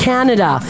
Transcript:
Canada